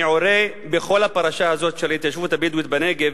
המעורה בכל הפרשה הזאת של ההתיישבות הבדואית בנגב,